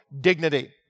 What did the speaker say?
dignity